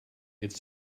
its